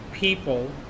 people